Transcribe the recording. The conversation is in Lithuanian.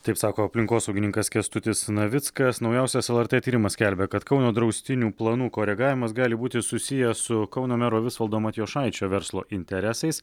taip sako aplinkosaugininkas kęstutis navickas naujausias lrt tyrimas skelbia kad kauno draustinių planų koregavimas gali būti susijęs su kauno mero visvaldo matijošaičio verslo interesais